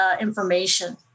information